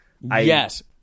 Yes